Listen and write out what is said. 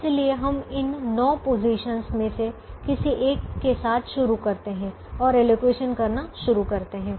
इसलिए हम इन नौ पोजीशन्स में से किसी एक के साथ शुरू कर सकते हैं और एलोकेशन करना शुरू करते है